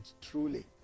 Truly